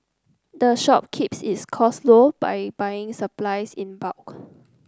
the shop keeps its costs low by buying its supplies in bulk